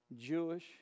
Jewish